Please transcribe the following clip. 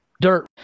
dirt